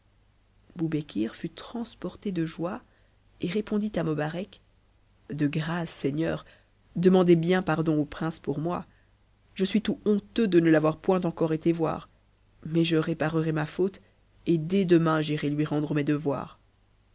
fut transporté de joie et répondit à mobarec de grâce seigneur demandez bien pardon au prince pour moi je suis tout honteux de ne t'avoir point encore été voir mais je réparerai ma faute et dès demain j'irai lui rendre mes devoirs